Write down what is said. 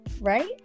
Right